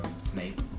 Snape